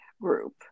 group